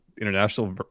international